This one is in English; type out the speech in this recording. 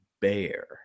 Bear